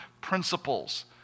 principles